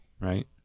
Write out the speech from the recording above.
right